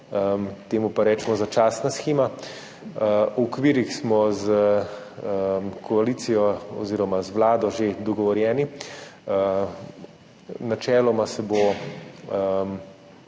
temu pa recimo začasna shema. V okvirih smo z koalicijo oziroma z Vlado že dogovorjeni, načeloma se bo